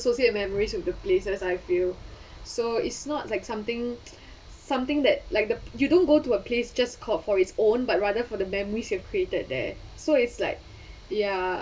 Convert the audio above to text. ~sociate memories with the places that as I feel so it's not like something something that like the you don't go to a place just call for its own but rather for the memories you have created there so it's like ya